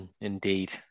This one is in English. Indeed